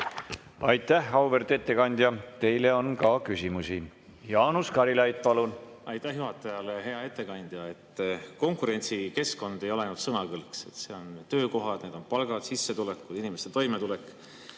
Aitäh, auväärt ettekandja! Teile on ka küsimusi. Jaanus Karilaid, palun! Aitäh juhatajale! Hea ettekandja! Konkurentsikeskkond ei ole ainult sõnakõlks. Need on töökohad, palgad, sissetulekud, inimeste toimetulek.